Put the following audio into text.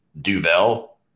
Duvel